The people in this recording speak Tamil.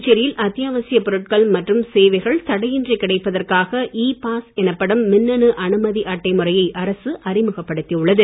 புதுச்சேரியில் அத்தியாவசியப் பொருட்கள் மற்றும் சேவைகள் தடையின்றி கிடைப்பதற்காக இ பாஸ் எனப்படும் மின்னணு அனுமதி அட்டை முறையை அரசு அறிமுகப்படுத்தி உள்ளது